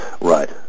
Right